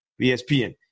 ESPN